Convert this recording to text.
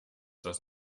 das